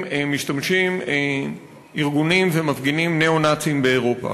משתמשים ארגונים ומפגינים ניאו-נאציים באירופה.